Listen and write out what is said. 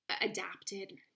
adapted